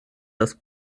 das